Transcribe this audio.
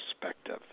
perspective